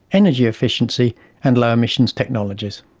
energy efficiency and low emissions technologies.